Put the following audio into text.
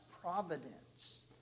providence